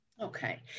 Okay